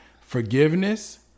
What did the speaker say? Forgiveness